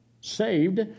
saved